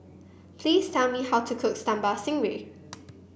please tell me how to cook Sambal Stingray